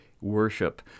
worship